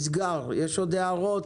יש עוד הערות?